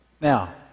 now